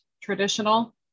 traditional